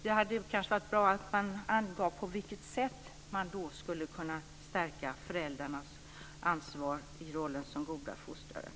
Det hade kanske varit bra att man hade angett på vilket sätt man skulle kunna stärka föräldrarnas ansvar i rollen som goda fostrare.